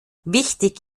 wichtig